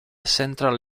central